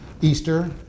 Easter